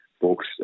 books